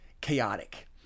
chaotic